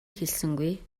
хэлсэнгүй